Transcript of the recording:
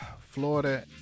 Florida